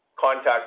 contact